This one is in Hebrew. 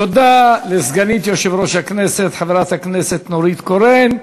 תודה לסגנית יושב-ראש הכנסת חברת הכנסת נורית קורן.